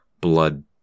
blood